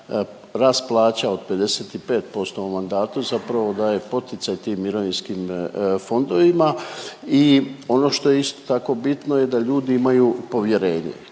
rast plaća od 55% u mandatu zapravo daje poticaj tim mirovinskim fondovima. I ono što je isto tako bitno je da ljudi imaju povjerenje.